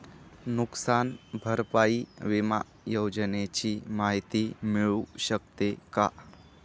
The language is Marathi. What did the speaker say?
नुकसान भरपाई विमा योजनेची माहिती मिळू शकते का?